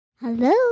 Hello